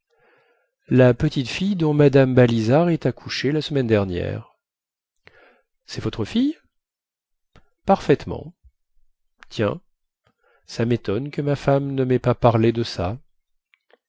la petite fille dont mme balizard est accouchée la semaine dernière cest votre fille parfaitement tiens ça métonne que ma femme ne mait pas parlé de ça